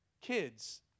Kids